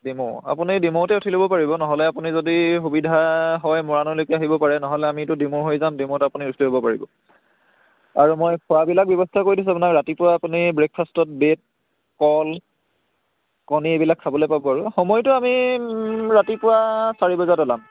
দিমৌ আপুনি দিমৌতে উঠি ল'ব পাৰিব নহ'লে আপুনি যদি সুবিধা হয় মৰাণলৈকে আহিব পাৰে নহ'লে আমিতো দিমৌ হৈ যাম দিমৌত আপুনি উঠি দিব পাৰিব আৰু মই খোৱাবিলাক ব্যৱস্থা কৰি দিছোঁ আপোনাৰ ৰাতিপুৱা আপুনি ব্ৰেকফাষ্টত ব্ৰেড কল কণী এইবিলাক খাবলৈ পাব আৰু সময়টো আমি ৰাতিপুৱা চাৰি বজাত ওলাম